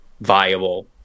viable